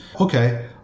okay